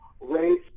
race